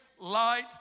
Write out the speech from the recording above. light